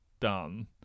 done